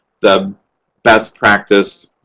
the best practice,